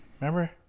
Remember